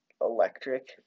electric